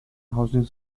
housing